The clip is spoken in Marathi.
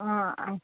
हां आ